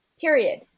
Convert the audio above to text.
period